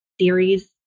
series